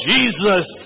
Jesus